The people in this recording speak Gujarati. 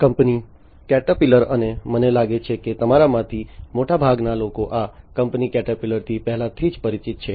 કંપની કેટરપિલર અને મને લાગે છે કે તમારામાંથી મોટાભાગના લોકો આ કંપની કેટરપિલરથી પહેલાથી જ પરિચિત છે